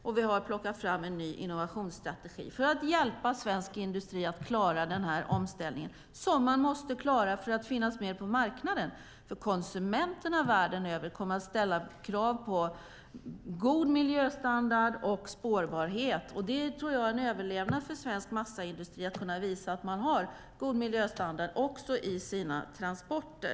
Vi har också plockat fram en ny innovationsstrategi för att hjälpa svensk industri att klara den omställning man måste klara för att finnas med på marknaden. Konsumenterna världen över kommer nämligen att ställa krav på god miljöstandard och spårbarhet, och jag tror att det gäller överlevnad för svensk massaindustri att kunna visa att man har god miljöstandard också i sina transporter.